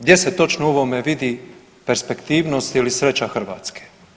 Gdje se točno u ovome vidi perspektivnost ili sreća Hrvatske?